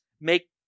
make